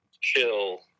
chill